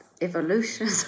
evolution